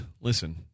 listen